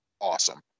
awesome